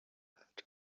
had